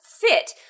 fit